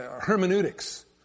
hermeneutics